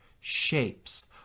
shapes